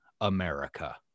America